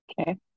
Okay